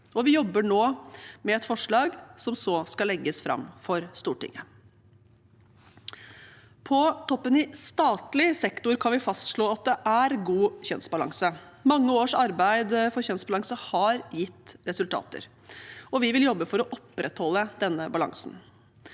Vi jobber nå med et forslag som skal legges fram for Stortinget. På toppen i statlig sektor kan vi fastslå at det er god kjønnsbalanse. Mange års arbeid for kjønnsbalanse har gitt resultater, og vi vil jobbe for å opprettholde denne balansen.